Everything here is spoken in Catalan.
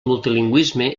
multilingüisme